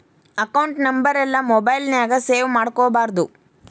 account ನಂಬರೆಲ್ಲಾ mobile ನ್ಯಾಗ save ಮಾಡ್ಕೊಬಾರ್ದು